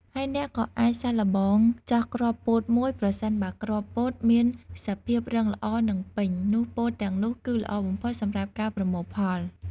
ហើយអ្នកក៏អាចសាកល្បងចោះគ្រាប់ពោតមួយ ប្រសិនបើគ្រាប់ពោតមានសភាព រឹងល្អ និងពេញ នោះពោតទាំងនោះគឺល្អបំផុតសម្រាប់ការប្រមូលផល។